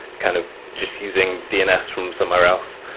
kind of just using dns from somewhere else.